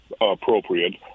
appropriate